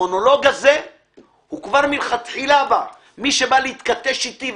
המונולוג הזה בא כבר מלכתחילה על מנת שמי שיחפוץ להתכתש איתי,